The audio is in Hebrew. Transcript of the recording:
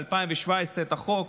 ב-2017, קידמנו את החוק.